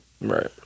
Right